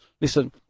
listen